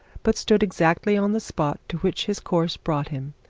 but stood exactly on the spot to which his course brought him,